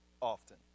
often